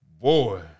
Boy